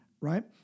right